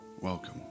Welcome